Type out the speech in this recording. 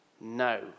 no